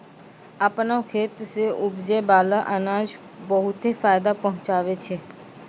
आपनो खेत सें उपजै बाला अनाज बहुते फायदा पहुँचावै छै